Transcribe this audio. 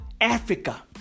Africa